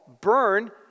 burn